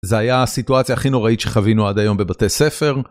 זו הייתה הסיטואציה הכי נוראית שחווינו עד היום בבתי ספר.